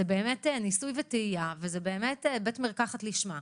זה באמת ניסוי וטעייה וזה באמת בית מרקחת לשמו.